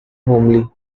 homely